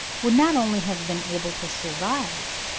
would not only have been able to survive,